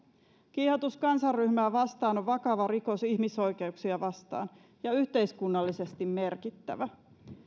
kiihotus kansanryhmää vastaan on vakava rikos ihmisoikeuksia vastaan ja yhteiskunnallisesti merkittävä